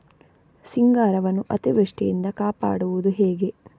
ಸಿಂಗಾರವನ್ನು ಅತೀವೃಷ್ಟಿಯಿಂದ ಕಾಪಾಡುವುದು ಹೇಗೆ?